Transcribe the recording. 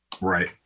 right